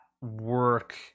work